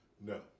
No